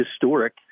historic